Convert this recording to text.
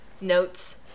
notes